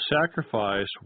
sacrifice